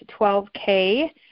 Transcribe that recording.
12K